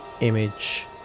image